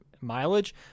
mileage